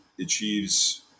achieves